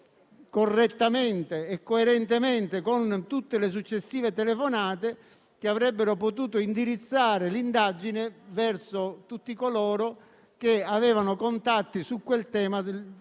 correttamente e coerentemente con tutte le successive telefonate che avrebbero potuto indirizzare l'indagine verso tutti coloro che avevano contatti su quel tema con